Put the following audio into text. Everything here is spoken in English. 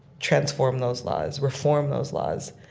transform those laws, reform those laws.